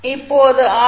இப்போது ஆர்